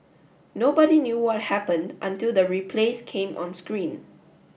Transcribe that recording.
nobody knew what happened until the replays came on strain